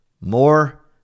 more